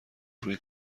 روی